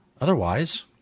otherwise